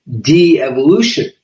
de-evolution